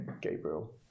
Gabriel